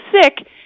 sick